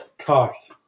Cox